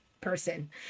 person